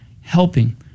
helping